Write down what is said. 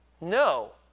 No